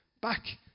back